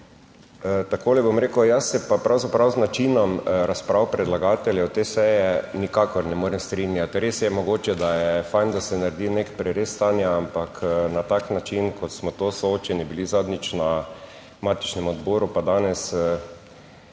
Takole bom rekel; jaz se pa pravzaprav z načinom razprav predlagateljev te seje nikakor ne morem strinjati. Res je mogoče, da je fajn, da se naredi nek prerez stanja, ampak na tak način kot smo to soočeni bili zadnjič na matičnem odboru pa danes,